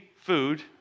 food